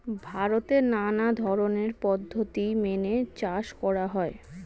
ভারতে নানা ধরনের পদ্ধতি মেনে চাষ করা হয়